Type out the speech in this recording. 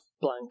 Blank